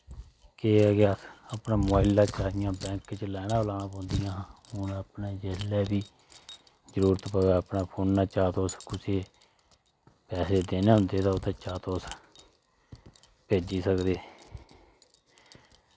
केह् ऐ के अस अपने मोबाइलै च पैह्लैं बैंक च लाईनां लाना पौंदियां हां हुन अपने जिसलै बी जरूरत पवै अपनै फोनै च तुस कुसै गी पैसे देना होंदे ता ओह्दै च तुस भेजी सकदे